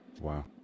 wow